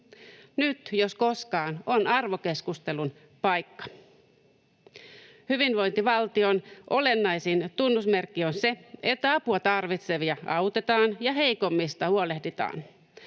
Nyt, jos koskaan, on arvokeskustelun paikka. Hyvinvointivaltion olennaisin tunnusmerkki on se, että apua tarvitsevia autetaan ja heikommista huolehditaan.